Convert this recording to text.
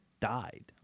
Died